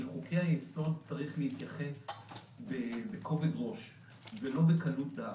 אל חוקי-היסוד צריך להתייחס בכובד ראש ולא בקלות דעת.